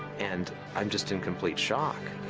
and i'm just in complete shock.